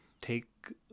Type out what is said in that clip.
take